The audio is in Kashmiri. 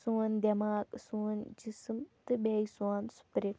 سون دٮ۪ماغ سون جِسم تہٕ بیٚیہِ سون سُپرِٹ